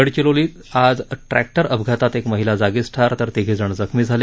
गडचिरोली जिल्ह्यात आज ट्रॅक्टर अपघातात एक महिला जागीच ठार तर तिघेजण जखमी झाले